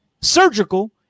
Surgical